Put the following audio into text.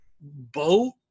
boat